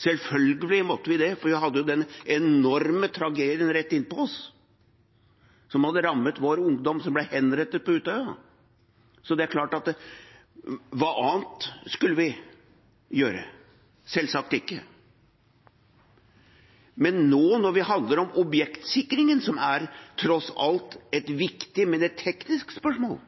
Selvfølgelig måtte vi det, for vi hadde jo den enorme tragedien rett innpå oss som hadde rammet vår ungdom som ble henrettet på Utøya. Hva annet skulle vi gjøre? Men nå, når det handler om objektsikringen, som tross alt er et viktig, men et teknisk spørsmål,